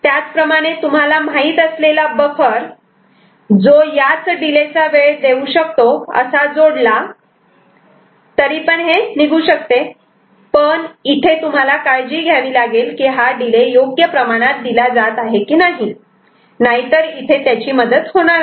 त्याचप्रमाणे तुम्हाला माहित असलेला बफर जो याच डिले चा वेळ देऊ शकतो असा जोडला बर पण इथे तुम्हाला काळजी घ्यावी लागेल की डिले योग्य प्रमाणात दिला जात आहे नाहीतर इथे त्याची मदत होणार नाही